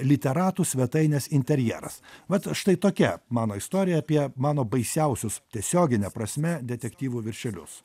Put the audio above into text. literatų svetainės interjeras vat štai tokia mano istorija apie mano baisiausius tiesiogine prasme detektyvų viršelius